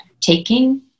taking